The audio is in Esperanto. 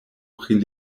pri